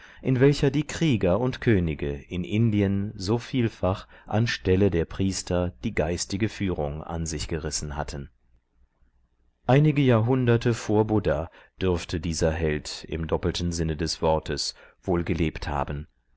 in welcher die krieger und könige in indien so vielfach an stelle der priester die geistige führung an sich gerissen hatten einige jahrhunderte vor buddha dürfte dieser held im doppelten sinne des wortes wohl gelebt haben